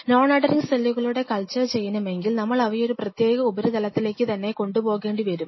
non adhering സെല്ലുകളുടെ culture ചെയ്യണമെങ്കിൽ നമ്മൾ അവയെ ഒരു പ്രത്യേക ഉപരിതലത്തിലേക്ക് തന്നെ എന്നെ കൊണ്ടു പോകേണ്ടി വരും